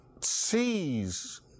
sees